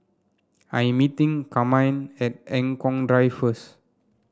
I am meeting Carmine at Eng Kong Drive first